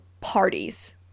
parties